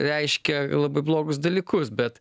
reiškia labai blogus dalykus bet